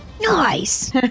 Nice